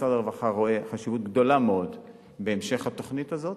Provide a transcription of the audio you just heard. משרד הרווחה רואה חשיבות גדולה מאוד בהמשך התוכנית הזאת,